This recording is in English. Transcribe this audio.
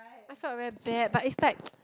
I felt very bad but it's like